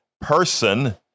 person